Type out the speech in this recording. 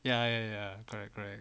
ya ya ya correct correct